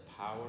power